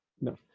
No